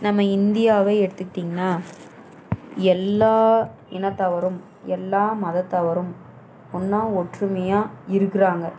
நம்ம இந்தியாவை எடுத்துகிட்டிங்கன்னா எல்லா இனத்தவரும் எல்லா மதத்தவரும் ஒன்றா ஒற்றுமையாக இருக்கிறாங்க